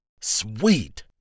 Sweet